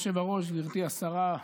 אדוני היושב-ראש, גברתי השרה,